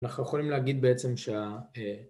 אנחנו יכולים להגיד בעצם שה...